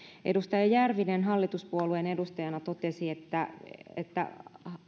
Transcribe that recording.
edustaja järvinen hallituspuolueen edustajana totesi että että